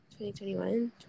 2021